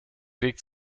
weg